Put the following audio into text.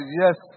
yes